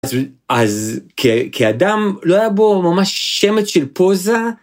אז כאדם לא היה בו ממש שמץ של פוזה.